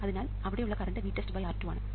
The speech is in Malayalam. അതിനാൽ അവിടെയുള്ള കറണ്ട് VTESTR2 ആണ്